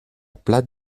plate